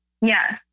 Yes